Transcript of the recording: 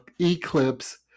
eclipse